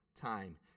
time